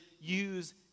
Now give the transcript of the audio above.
use